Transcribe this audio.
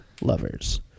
Lovers